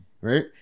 Right